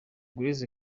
grace